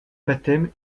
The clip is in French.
baptême